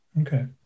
Okay